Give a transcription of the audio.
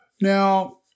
Now